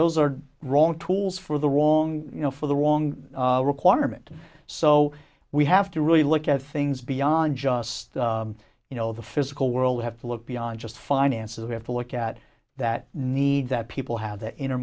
those are wrong tools for the wrong you know for the wrong requirement so we have to really look at things beyond just you know the physical world we have to look beyond just finances we have to look at that need that people have the in